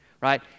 right